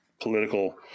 political